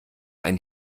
ein